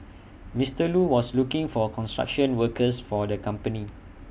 Mister Lu was looking for construction workers for the company